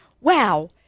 Wow